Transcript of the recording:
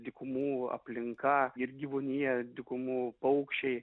dykumų aplinka ir gyvūnija dykumų paukščiai